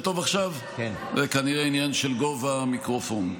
זה כנראה עניין של גובה המיקרופון.